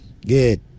Good